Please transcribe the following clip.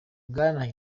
bwana